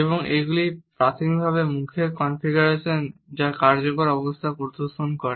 এবং এগুলি প্রাথমিকভাবে মুখের কনফিগারেশন যা কার্যকর অবস্থা প্রদর্শন করে